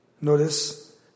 notice